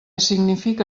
significa